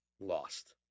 lost